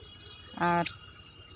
ᱟᱨ